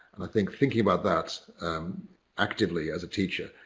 i think, thinking about that actively as a teacher,